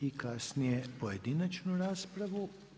I kasnije pojedinačnu raspravu.